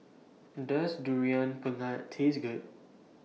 Does Durian Pengat Taste Good